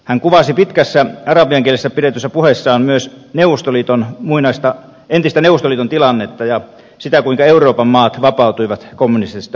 hän kuvasi pitkässä arabian kielellä pidetyssä puheessaan myös entisen neuvostoliiton tilannetta ja sitä kuinka euroopan maat vapautuivat kommunistisesta orjuudesta